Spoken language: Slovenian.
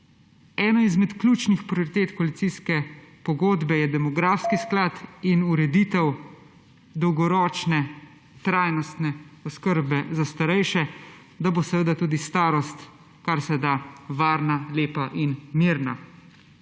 Ena izmed ključnih prioritet koalicijske pogodbe sta demografski sklad in ureditev dolgoročne trajnostne oskrbe za starejše, da bo tudi starost karseda varna, lepa in mirna.